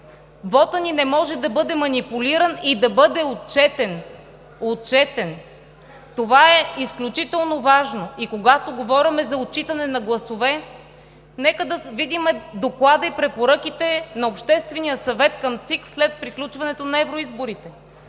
вотът ни не може да бъде манипулиран и да бъде отчетен. Това е изключително важно. Когато говорим за отчитане на гласове, нека видим доклада и препоръките на Обществения съвет към ЦИК след приключването на евроизборите.